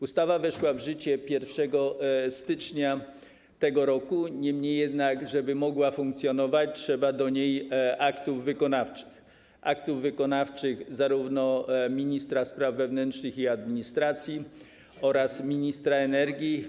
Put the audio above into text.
Ustawa weszła w życie 1 stycznia tego roku, niemniej jednak, żeby mogła funkcjonować, trzeba do niej aktów wykonawczych, aktów wykonawczych zarówno ministra spraw wewnętrznych i administracji, jak i ministra energii.